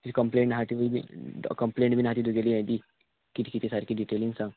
तुजी कंप्लेन आहा तिवूय बीन कंप्लेन बीन आहा ती तुगेली हें दी कितें कितें सारकी डिटेलीन सांग